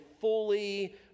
fully